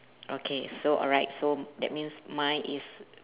okay so alright so that means mine is